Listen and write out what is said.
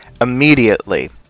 immediately